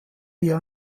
ihr